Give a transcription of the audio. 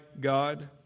God